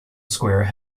square